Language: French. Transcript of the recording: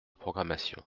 programmation